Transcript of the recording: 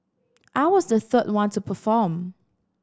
I was the third one to perform